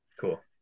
Cool